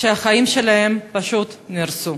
שהחיים שלהם פשוט נהרסו.